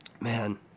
man